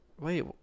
wait